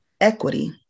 Equity